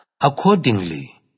Accordingly